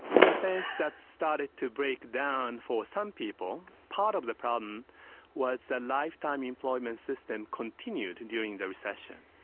you know sense that started to break down for some people. part of the problem was the lifetime employment system continued during the recession.